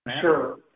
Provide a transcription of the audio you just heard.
Sure